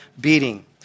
beating